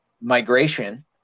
migration